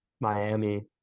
miami